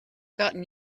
gotten